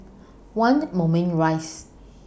one Moulmein Rise